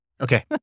Okay